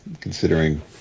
considering